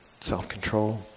self-control